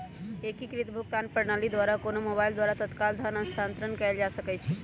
एकीकृत भुगतान प्रणाली द्वारा कोनो मोबाइल द्वारा तत्काल धन स्थानांतरण कएल जा सकैछइ